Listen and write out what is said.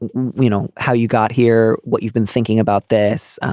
and we know how you got here. what you've been thinking about this.